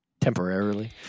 temporarily